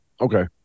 okay